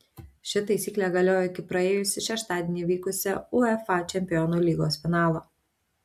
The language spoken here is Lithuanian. ši taisyklė galiojo iki praėjusį šeštadienį vykusio uefa čempionų lygos finalo